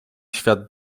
świat